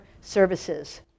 services